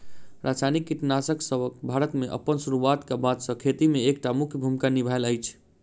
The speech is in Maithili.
रासायनिक कीटनासकसब भारत मे अप्पन सुरुआत क बाद सँ खेती मे एक टा मुख्य भूमिका निभायल अछि